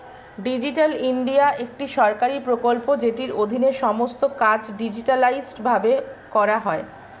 digital India একটি সরকারি প্রকল্প যেটির অধীনে সমস্ত কাজ ডিজিটালাইসড ভাবে করা হয়